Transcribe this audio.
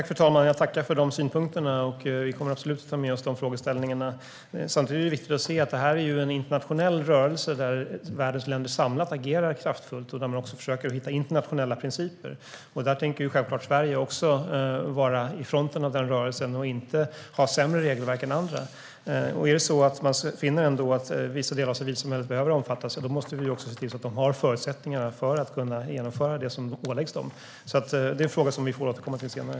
Fru talman! Jag tackar för synpunkterna. Vi kommer absolut att ta med oss frågorna. Samtidigt är det viktigt att se att det är fråga om en internationell rörelse där världens länder samlats och agerar kraftfullt. Man försöker hitta fram till internationella principer. Sverige tänker självklart vara i fronten av den rörelsen och inte ha sämre regelverk än andra. Om man ändå finner att vissa delar av civilsamhället behöver omfattas måste vi se till att det finns förutsättningar för föreningarna att genomföra det som åläggs dem. Det är en fråga vi får återkomma till senare.